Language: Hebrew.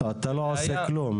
אתה לא עושה כלום.